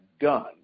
done